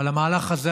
אבל המהלך הזה,